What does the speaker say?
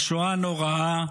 בשואה הנוראה,